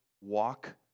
walk